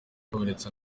ikomeretsa